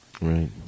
right